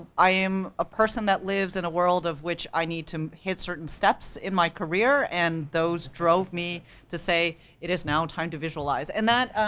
i am a person that lives in a world of which i need to hit certain steps in my career, and those drove me to say, it is now time to visualize. and that,